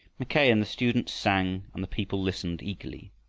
mackay and the students sang and the people listened eagerly.